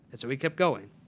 and so he kept going.